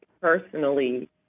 personally